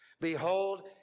Behold